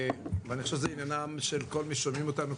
ואני חושב שזה עניינים של כל מי ששומעים אותנו,